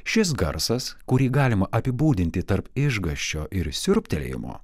šis garsas kurį galima apibūdinti tarp išgąsčio ir siurbtelėjimo